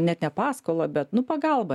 net ne paskolą bet nu pagalbą